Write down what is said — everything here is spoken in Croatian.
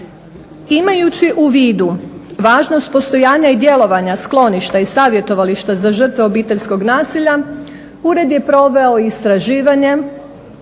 Imajući u vidu važnost postojanja i djelovanja skloništa i savjetovališta za žrtve obiteljskog nasilja Ured je proveo istraživanje